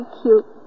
cute